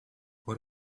what